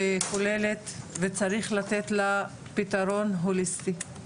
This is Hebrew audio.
וכוללת, וצריך לתת לה פתרון הוליסטי.